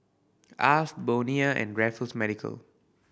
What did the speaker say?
Alf Bonia and Raffles Medical